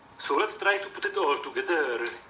so let's try to put it all together.